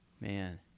Man